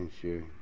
sure